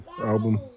album